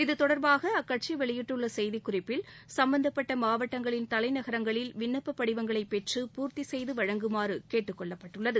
இத்தொடர்பாக அக்கட்சி வெளியிட்டுள்ள செய்திக்குறிப்பில் சும்பந்தப்பட்ட மாவட்டங்களின் தலைநகரங்களில் விண்ணப்பப் படிவங்களை பெற்று பூர்த்தி செய்து வழங்குமாறு கேட்டுக் கொள்ளப்பட்டுள்ளது